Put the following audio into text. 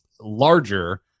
larger